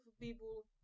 people